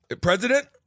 President